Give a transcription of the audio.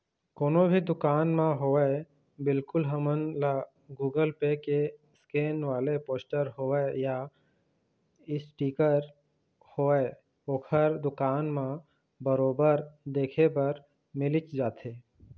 कोनो भी दुकान म होवय बिल्कुल हमन ल गुगल पे के स्केन वाले पोस्टर होवय या इसटिकर होवय ओखर दुकान म बरोबर देखे बर मिलिच जाथे